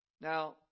Now